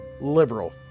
liberal